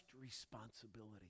responsibility